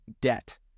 debt